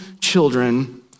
children